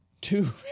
Two